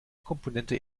komponente